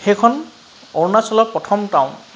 সেইখন অৰুণাচলত প্ৰথম টাউন